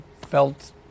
felt